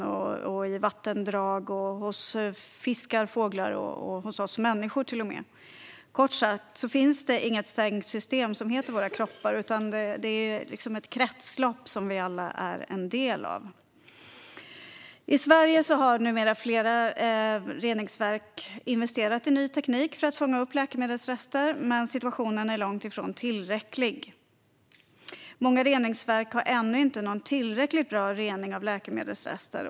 De kan finnas i vattendrag och nå fiskar, fåglar och till och med oss människor. Kort sagt finns det inget stängt system som heter våra kroppar. Det är ett kretslopp som vi alla är en del av. I Sverige har numera flera reningsverk investerat i ny teknik för att fånga upp läkemedelsrester, men situationen är långt ifrån tillräckligt bra. Många reningsverk har ännu inte någon tillräckligt bra rening i fråga om läkemedelsrester.